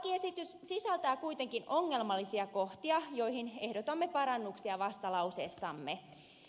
lakiesitys sisältää kuitenkin ongelmallisia kohtia joihin ehdotamme parannuksia vastalauseessamme